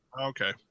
Okay